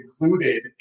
included